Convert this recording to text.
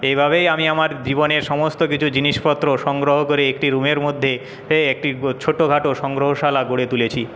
এইভাবে আমি আমার জীবনের সমস্ত কিছু জিনিসপত্র সংগ্রহ করে একটি রুমের মধ্যে একটি ছোটখাটো সংগ্রহশালা গড়ে তুলেছি